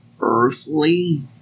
earthly